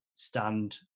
stand